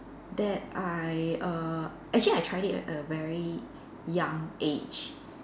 that I err actually I tried it at a very young age